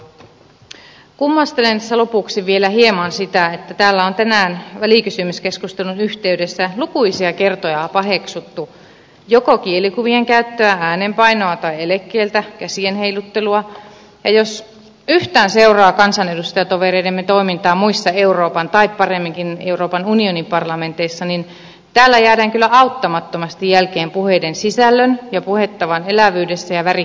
kummastelen tässä lopuksi vielä hieman sitä että täällä on tänään välikysymyskeskustelun yhteydessä lukuisia kertoja paheksuttu joko kielikuvien käyttöä äänenpainoa tai elekieltä käsien heiluttelua ja jos yhtään seuraa kansanedustajatovereidemme toimintaa muissa euroopan tai paremminkin euroopan unionin parlamenteissa niin täällä jäädään kyllä auttamattomasti jälkeen puheiden sisällön ja puhetavan elävyydessä ja värikkyydessä